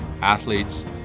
athletes